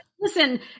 listen